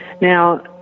Now